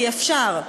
כי אפשר.